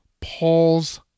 Paul's